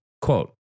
Quote